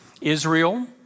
Israel